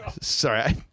Sorry